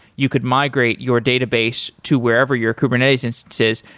you could migrate your database to wherever your kubernetes instances,